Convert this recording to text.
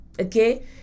okay